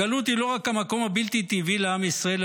הגלות היא לא רק המקום הבלתי-טבעי לעם ישראל,